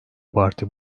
parti